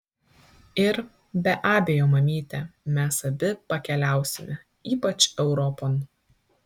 ir be abejo mamyte mes abi pakeliausime ypač europon